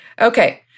Okay